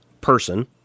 person